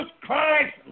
Christ